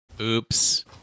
Oops